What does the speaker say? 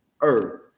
Earth